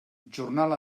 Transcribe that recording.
jornal